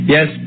Yes